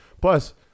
Plus